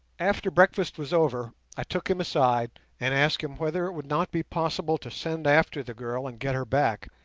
after breakfast was over i took him aside and asked him whether it would not be possible to send after the girl and get her back,